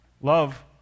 Love